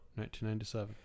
1997